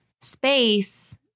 space